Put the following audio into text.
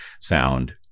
sound